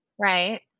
right